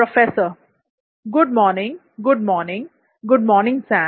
professor good morning good morning good morning Sam